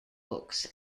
books